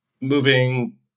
moving